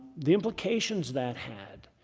the implications that had